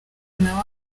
nawe